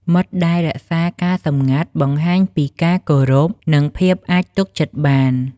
មិត្តដែលរក្សាការសម្ងាត់ បង្ហាញពីការគោរព និងភាពអាចទុកចិត្តបាន។